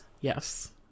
yes